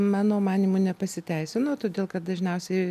mano manymu nepasiteisino todėl kad dažniausiai